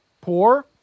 poor